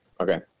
Okay